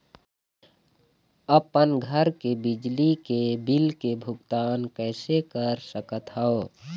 अपन घर के बिजली के बिल के भुगतान कैसे कर सकत हव?